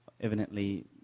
evidently